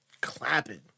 clapping